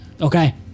Okay